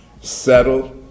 settle